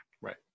Right